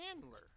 handler